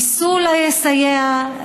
ניסו לסייע,